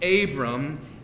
Abram